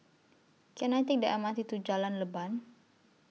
Can I Take The M R T to Jalan Leban